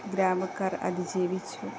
ഗ്രാമക്കാർ അതിജീവിച്ചു